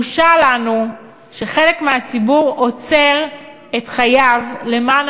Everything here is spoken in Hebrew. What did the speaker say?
בושה לנו שחלק מהציבור עוצר את חייו למען